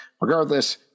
Regardless